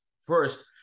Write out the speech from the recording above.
First